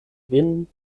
vin